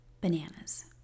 bananas